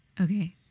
Okay